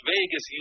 Vegas